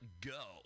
go